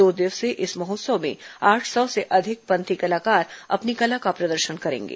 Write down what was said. दो दिवसीय इस महोत्सव में आठ सौ से अधिक पंथी कलाकार अपनी कला का प्रदर्शन करेंगे